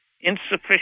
Insufficient